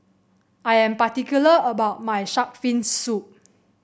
I am particular about my shark fin soup